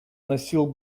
носил